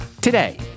Today